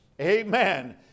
Amen